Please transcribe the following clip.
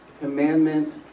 commandment